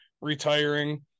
retiring